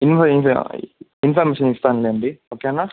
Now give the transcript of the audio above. in ఇన్మ information ఇస్తానులెండి ఓకేనా